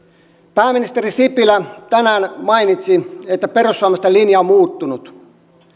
pääministeri sipilä tänään mainitsi että perussuomalaisten linja on muuttunut